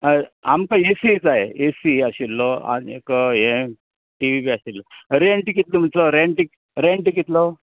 आमकां A C जाय A C आशिल्लो आनी ये टी वी बी आशिल्लो रेंट कितलो तुमचो रेंट रेंट कितलो